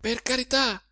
per carità